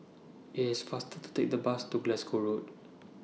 IS IT faster to Take The Bus to Glasgow Road